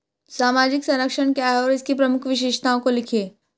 सामाजिक संरक्षण क्या है और इसकी प्रमुख विशेषताओं को लिखिए?